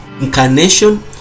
incarnation